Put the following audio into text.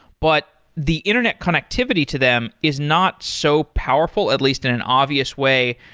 but the internet connectivity to them is not so powerful, at least in an obvious way,